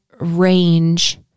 range